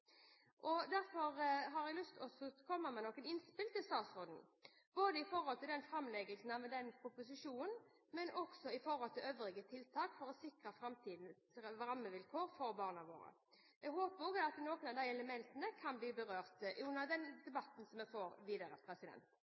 Derfor har jeg lyst til å komme med noen innspill til statsråden knyttet til både framleggelsen av proposisjonen og øvrige tiltak for å sikre framtidens rammevilkår for barna våre. Jeg håper også at noen av de elementene kan bli berørt under den debatten vi får videre.